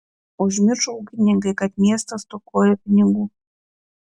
užmiršo ūkininkai kad miestas stokoja pinigų